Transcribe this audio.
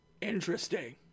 Interesting